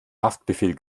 haftbefehl